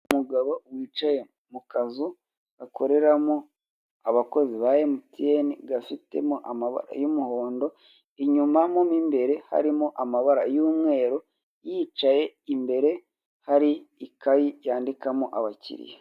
Umuagabo wicaye mu kazu gakoreramo abakozi ba emutiyeni gafitemo amabara y'umuhondo inyuma mu imbere harimo amabara y'umweru yicaye imbere hari ikayi yandikamo abakiriya.